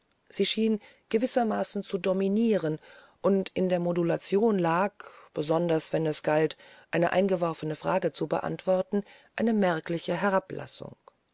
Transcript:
sie schien gewissermaßen zu dominieren und in der modulation lag besonders wenn es galt eine eingeworfene frage zu beantworten eine merkliche herablassung